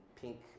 pink